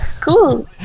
Cool